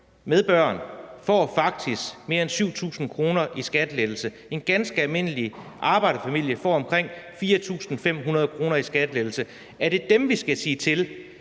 med børn faktisk får mere end 7.000 kr. i skattelettelse. En ganske almindelig arbejderfamilie får omkring 4.500 kr. i skattelettelse. Er det dem, vi skal fortælle,